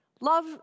Love